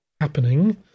happening